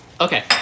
Okay